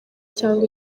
cyangwa